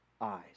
eyes